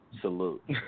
Salute